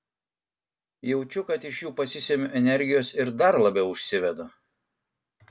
jaučiu kad iš jų pasisemiu energijos ir dar labiau užsivedu